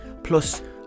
Plus